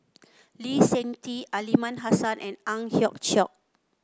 Lee Seng Tee Aliman Hassan and Ang Hiong Chiok